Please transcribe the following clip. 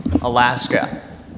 Alaska